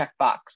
checkbox